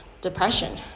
depression